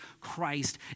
Christ